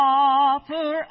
offer